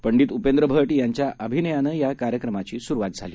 पंडितउपेंद्रभटयांच्याअभिनयानंयाकार्यक्रमाचीसुरुवातझाली